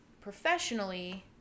professionally